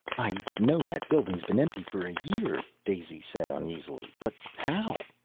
i know that building's been empty for a year, daisy said uneasily, but how?